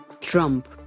Trump